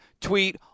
tweet